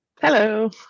Hello